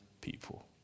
people